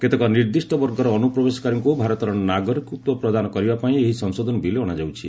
କେତେକ ନିର୍ଦ୍ଦିଷ୍ଟ ବର୍ଗର ଅନୁପ୍ରବେଶକାରୀଙ୍କୁ ଭାରତର ନାଗରିକତ୍ୱ ପ୍ରଦାନ କରିବା ପାଇଁ ଏହି ସଂଶୋଧନ ବିଲ୍ ଅଶାଯାଉଛି